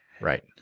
Right